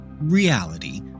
reality